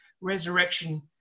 resurrection